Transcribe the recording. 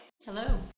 Hello